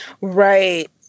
Right